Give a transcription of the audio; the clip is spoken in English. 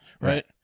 Right